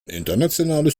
internationales